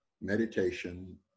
meditation